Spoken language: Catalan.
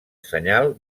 senyal